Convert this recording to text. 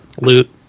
loot